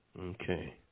Okay